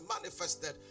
manifested